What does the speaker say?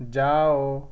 جاؤ